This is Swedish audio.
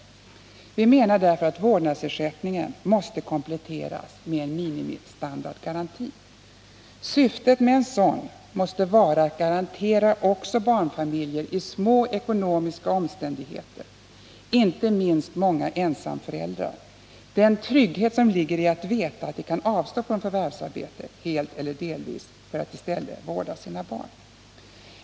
Därför menar vi att vårdnadsersättningen och föräldraförsäkringen måste kompletteras med en minimistandardgaranti. Syftet med en sådan måste vara att garantera också barnfamiljer i små ekonomiska omständigheter — inte minst många ensamföräldrar —den trygghet som ligger i att veta att de kan avstå från förvärvsarbete helt eller delvis för att i stället vårda sina barn.